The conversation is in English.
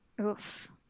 Oof